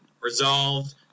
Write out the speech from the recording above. Resolved